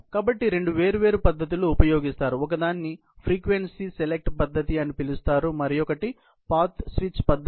కాబట్టి రెండు వేర్వేరు పద్ధతులు ఉపయోగిస్తారు ఒకదాన్ని ఫ్రీక్వెన్సీ సెలెక్ట్ పద్ధతి అని పిలుస్తారు మరియు మరొకటి పాత్ స్విచ్ పద్ధతి